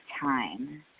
time